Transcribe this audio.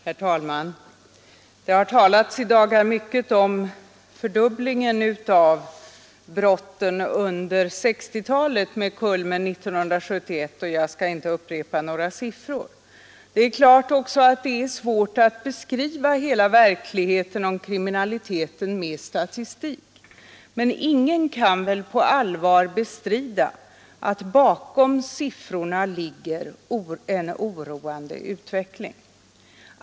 Herr talman! Det har här i dag talats mycket om fördubblingen av brotten under 1960-talet med kulmen 1971, och jag skall inte upprepa några siffror. Det är klart att det är svårt att beskriva hela verkligheten om kriminaliteten med statistik, men ingen kan väl på allvar bestrida att bakom siffrorna ligger en oroande utveckling.